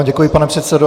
Děkuji vám, pane předsedo.